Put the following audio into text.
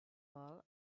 all